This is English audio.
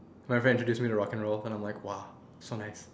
my friend introduce me to rock and roll and I'm like !wah! so nice